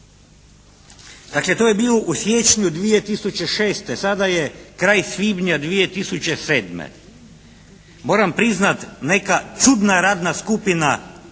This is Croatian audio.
Dakle to je bilo u siječnju 2006. Sada je kraj svibnja 2007. Moram priznati neka čudna radna skupina